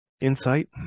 insight